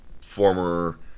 former